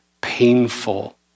painful